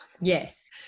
Yes